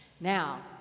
Now